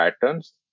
patterns